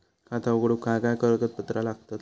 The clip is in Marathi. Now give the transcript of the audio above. खाता उघडूक काय काय कागदपत्रा लागतली?